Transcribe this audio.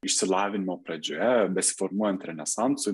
išsilavinimo pradžioje besiformuojant renesansui